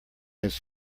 his